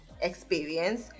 experience